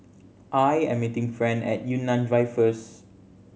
I am meeting Fran at Yunnan Drive first